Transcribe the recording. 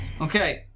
Okay